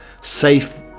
safe